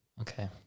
Okay